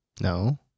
No